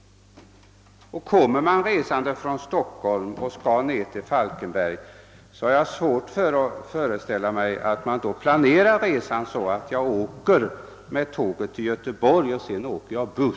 Men om man skall resa från Stockholm till Falkenberg har jag svårt att föreställa mig att man planerar resan så, att man åker tåg till Göteborg och sedan fortsätter med buss.